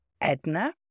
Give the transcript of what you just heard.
Edna